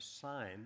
sign